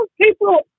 people